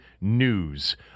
news